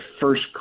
first